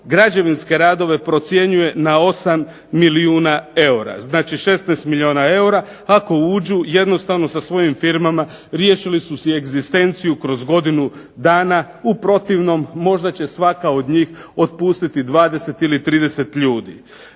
građevinske radove procjenjuje na 8 milijuna eura, znači 16 milijuna eura ako uđu jednostavno sa svojim firmama riješili su si egzistenciju kroz godinu dana. U protivnom, možda će svaka od njih otpustiti 20 ili 30 ljudi.